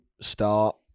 start